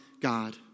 God